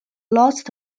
lost